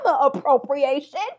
appropriation